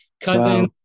cousin